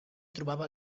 trobava